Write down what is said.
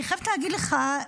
אני חייבת להגיד לך,